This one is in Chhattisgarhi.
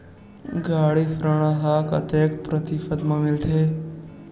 गाड़ी ऋण ह कतेक प्रतिशत म मिलही?